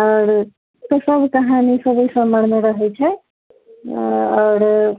आओर कसम कहानीसब ओहि सबमे रहै छै आओर